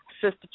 sister